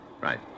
Right